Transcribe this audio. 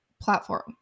platform